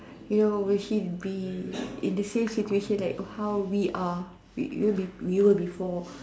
you know will she be in the same situation like how we are we were be we were before